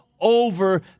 over